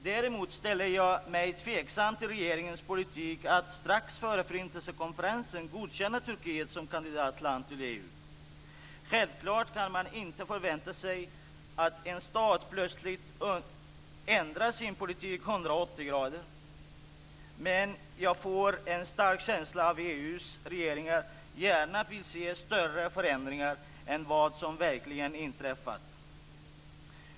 Däremot ställer jag mig tveksam till regeringens politik att strax före Förintelsekonferensen godkänna Turkiet som kandidatland till EU. Självklart kan man inte förvänta sig att en stat plötsligt ändrar sin politik 180 grader. Men jag får en stark känsla av att EU:s regeringar gärna vill se större förändringar än vad som verkligen inträffat.